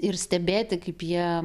ir stebėti kaip jie